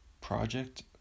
Project